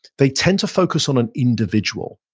they tend to focus on an individual.